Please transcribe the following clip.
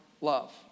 love